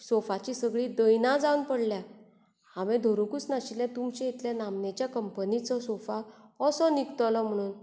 सोफाची सगळी दयना जावन पडल्या हांवें धरुकूच नाशिल्ले तुमचे इतक्या नामनेचो कंपनीचो सोफा असो निगतलो म्हणून